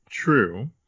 True